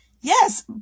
Yes